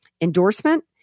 endorsement